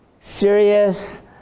serious